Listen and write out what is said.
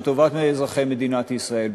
של טובת אזרחי מדינת ישראל.